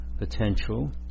Potential